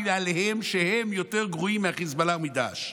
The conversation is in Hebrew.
עליהם שהם יותר גרועים מהחיזבאללה ומדאעש.